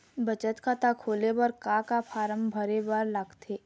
बचत खाता खोले बर का का फॉर्म भरे बार लगथे?